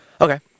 Okay